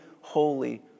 holy